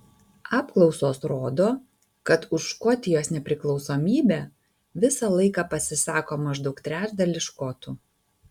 apklausos rodo kad už škotijos nepriklausomybę visą laiką pasisako maždaug trečdalis škotų